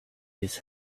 his